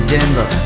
Denver